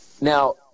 Now